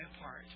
apart